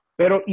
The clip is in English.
pero